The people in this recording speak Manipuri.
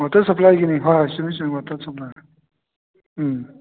ꯋꯥꯇꯔ ꯁꯄ꯭ꯂꯥꯏꯒꯤꯅꯤ ꯍꯣꯏ ꯍꯣꯏ ꯆꯨꯝꯃꯤ ꯆꯨꯝꯃꯤ ꯋꯥꯇꯔ ꯁꯄ꯭ꯂꯥꯏ ꯎꯝ